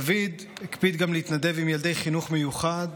דוד הקפיד גם להתנדב עם ילדי חינוך מיוחד,